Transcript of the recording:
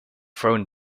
thrown